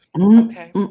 Okay